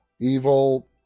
Evil